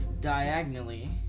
diagonally